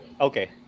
okay